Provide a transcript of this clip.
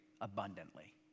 abundantly